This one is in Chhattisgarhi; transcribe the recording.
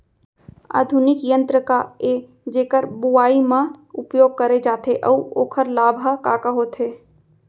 आधुनिक यंत्र का ए जेकर बुवाई म उपयोग करे जाथे अऊ ओखर लाभ ह का का होथे?